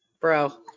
Bro